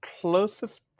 closest